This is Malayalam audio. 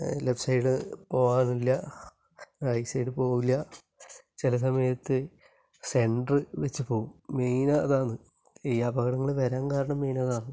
ലെഫ്റ്റ് സൈഡ് പോകാറില്ല റൈറ്റ് സൈഡ് പോവില്ല ചില സമയത്ത് സെൻ്ററിൽ വച്ചു പോവും മെയിന് അതാണ് ഈ അപകടങ്ങള് വരാന് കാരണം മെയിന് അതാണ്